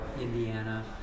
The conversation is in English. Indiana